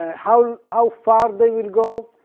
ah how how far they will go?